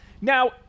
Now